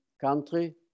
country